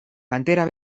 pantera